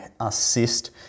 assist